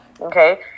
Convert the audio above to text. Okay